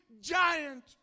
giant